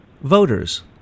voters